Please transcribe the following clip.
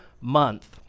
month